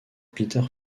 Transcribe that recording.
peter